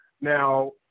Now